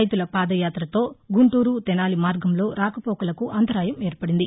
రైతుల పాదయాతతో గుంటూరు తెనాలి మార్గంలో రాకపోకలకు అంతరాయం ఏర్పడింది